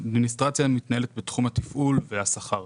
אדמיניסטרציה מתנהלת בתחום התפעול והשכר,